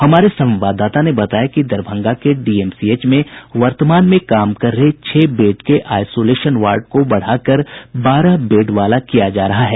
हमारे संवाददाता ने बताया कि दरभंगा के डीएमसीएच में वर्तमान में काम कर रहे छह बेड के आईसोलेशन वार्ड को बढ़ाकर बारह बेड वाला किया जा रहा है